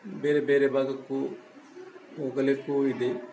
ಬೇರೆ ಬೇರೆ ಭಾಗಕ್ಕೂ ಹೋಗಲಿಕ್ಕೂ ಇದೆ